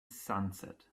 sunset